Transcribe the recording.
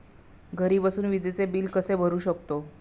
घरी बसून विजेचे बिल कसे भरू शकतो?